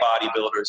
bodybuilders